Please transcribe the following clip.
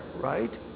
right